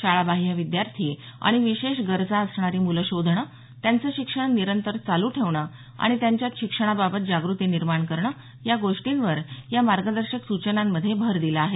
शाळाबाह्य विद्यार्थी आणि विशेष गरजा असणारी मुलं शोधणं त्याचं शिक्षण निरंतर चालू ठेवणं आणि त्यांच्यात शिक्षणाबाबत जागृती निर्माण करणं या गोष्टींवर या मार्गदर्शक सूचनांमध्ये भर दिला आहे